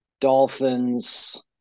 Dolphins